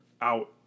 out